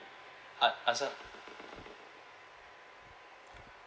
an~ answer